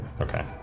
Okay